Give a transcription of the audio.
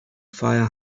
fire